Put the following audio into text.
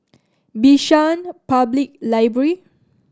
Bishan Public Library